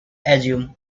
assume